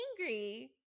angry